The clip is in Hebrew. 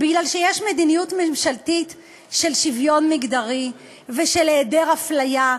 בגלל שיש מדיניות ממשלתית של שוויון מגדרי ושל היעדר אפליה.